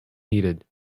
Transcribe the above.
needed